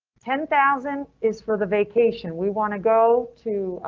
ten thousand is for the vacation we want to go to.